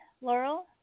Laurel